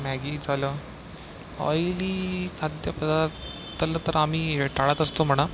Maggi झालं oily खाद्यपदार्थला तर आम्ही टाळत असतो म्हणा